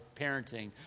parenting